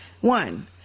one